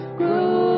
grow